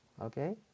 okay